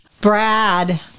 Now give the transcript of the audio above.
Brad